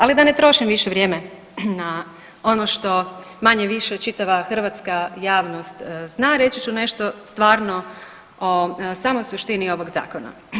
Ali da ne trošim više vrijeme na ono što manje-više čitava hrvatska javnost zna reći ću nešto stvarno o samoj suštini ovog zakona.